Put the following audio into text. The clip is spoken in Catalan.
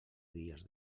dies